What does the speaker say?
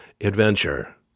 adventure